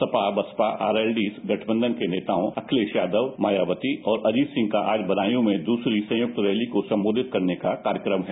Sapa BSP RLD गठबंधन के नेताओं अखिलेश यादव मायावती और अजीत सिंह का आज बदायू में दूसरी संयुक्त रैली को संबोधित करने का कार्यक्रम हैं